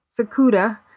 Sakuda